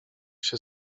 się